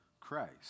Christ